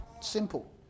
Simple